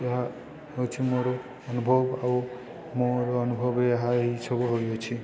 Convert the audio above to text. ଏହା ହେଉଛି ମୋର ଅନୁଭବ ଆଉ ମୋର ଅନୁଭବ ଏହା ଏହିସବୁ ହୋଇଅଛି